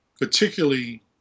particularly